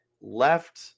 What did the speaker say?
left